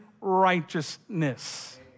righteousness